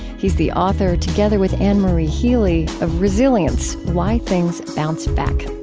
he's the author, together with ann marie healy, of resilience why things bounce back.